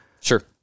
Sure